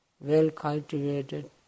well-cultivated